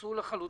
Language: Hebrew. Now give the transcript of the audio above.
יקרסו לחלוטין.